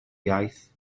iaith